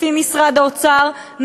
לפי משרד האוצר,